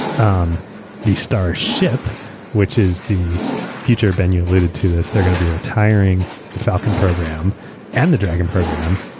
um the starship which is the future. ben, you alluded to this, they're going to be retiring the falcon program and the dragon program,